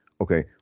okay